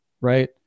right